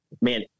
man